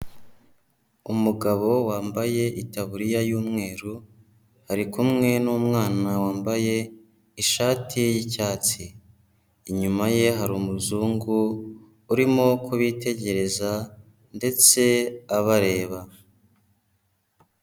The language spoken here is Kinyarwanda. Umugabo wambaye itaburiya y'umweru ari kumwe n'umwana wambaye ishati y'icyatsi, inyuma ye hari umuzungu urimo kubitegereza ndetse abareba.